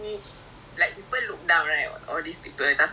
so um sentosa maybe we can